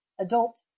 adult